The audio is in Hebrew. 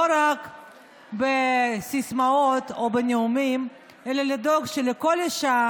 רק בסיסמאות או בנאומים אלא לדאוג שכל אישה